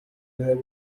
الذهاب